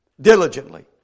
Diligently